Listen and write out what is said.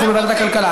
אנחנו בוועדת הכלכלה.